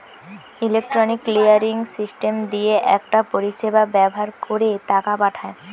electronic clearing system দিয়ে একটা পরিষেবা ব্যাভার কোরে টাকা পাঠায়